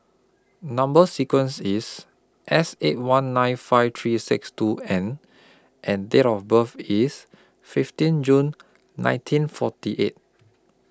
Number sequence IS S eight one nine five three six two N and Date of birth IS fifteen June nineteen forty eight